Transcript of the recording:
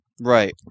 Right